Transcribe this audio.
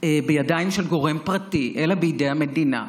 בידיים של גורם פרטי אלא בידי המדינה,